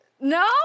No